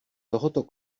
tohoto